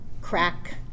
crack